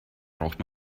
braucht